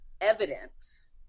evidence